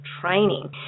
training